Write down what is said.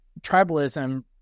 tribalism